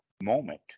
moment